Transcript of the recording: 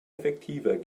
effektiver